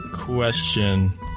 question